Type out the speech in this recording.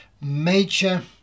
major